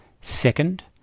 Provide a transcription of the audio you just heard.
Second